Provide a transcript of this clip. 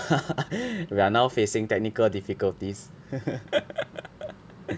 we are now facing technical difficulties